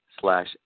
slash